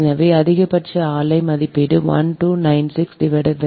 எனவே அதிகபட்ச ஆலை மதிப்பீடு 108 மெகாவாட்